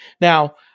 now